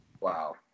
Wow